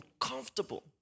uncomfortable